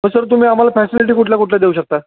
तर सर तुम्ही आम्हाला फॅसिलिटी कुठल्या कुठल्या देऊ शकता